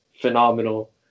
phenomenal